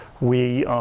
we